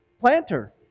planter